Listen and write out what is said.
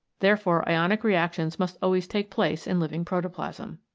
therefore ionic reactions must always take place in living protoplasm.